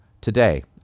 today